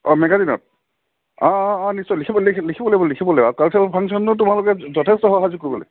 অঁ মেগাজিনত অঁ অঁ নিশ্চয় লিখিব লিখিব লাগিব লিখিব লাগিব কালচাৰ ফাংচনটো তোমালোকে যথেষ্ট সহযোগ কৰিব লাগিব